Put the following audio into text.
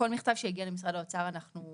כל מכתב שהגיע למשרד האוצר נענה.